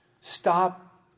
stop